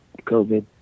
COVID